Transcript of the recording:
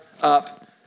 up